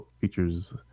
features